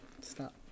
Stop